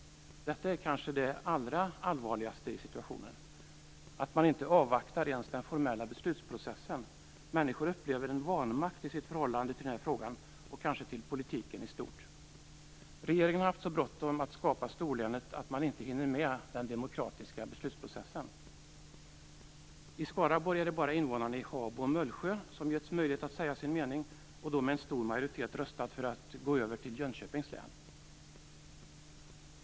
Detta är kanske det allra allvarligaste i situationen - att man inte avvaktar ens den formella beslutsprocessen. Människor upplever en vanmakt i sitt förhållande till den här frågan, och kanske också till politiken i stort. Regeringen har haft så bråttom med att skapa storlänet att den inte hinner med den demokratiska beslutsprocessen. I Skaraborg är det bara invånarna i Habo och Mullsjö som getts möjlighet att säga sin mening, och de har med stor majoritet röstat för att gå över till Jönköpings län.